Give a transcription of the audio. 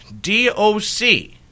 D-O-C